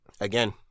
again